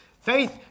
Faith